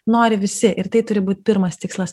nori visi ir tai turi būt pirmas tikslas